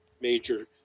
major